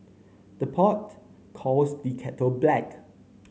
the pot calls the kettle black